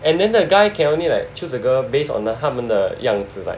and then the guy can only like choose the girl based on like 她们的样子